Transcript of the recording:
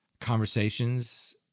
conversations